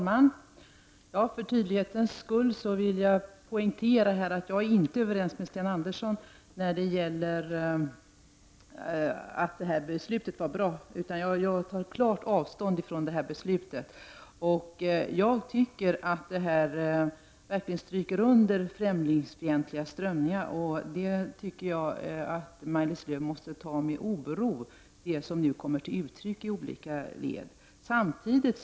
Fru talman! För tydlighetens skull vill jag poängtera att jag inte är överens med Sten Andersson i Malmö när det gäller att beslutet skulle vara bra. Jag tar klart avstånd från beslutet. Jag tycker verkligen att beslutet understryker främlingsfientliga strömningar. Maj-Lis Lööw måste ta det som kommer till uttryck i olika led med oro.